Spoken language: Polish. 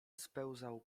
spełzał